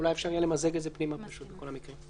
אבל אולי אפשר יהיה למזג את זה פנימה בכל המקרים.